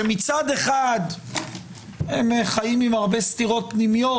שמצד אחד הם חיים עם הרבה סתירות פנימיות,